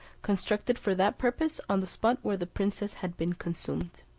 constructed for that purpose on the spot where the princess had been consumed.